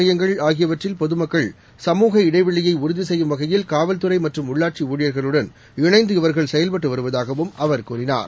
மையங்கள் ஆகியவற்றில் பொதுமக்கள் சமூக இடைவெளியை உறுதி செய்யும் வகையில் காவல்துறை மற்றும் உள்ளாட்சி ஊழியர்களுடன் இணைந்து இவர்கள் செயல்பட்டு வருவதாகவும் அவர் கூறினார்